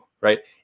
Right